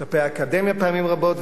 כלפי האקדמיה פעמים רבות,